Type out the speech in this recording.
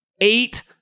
eight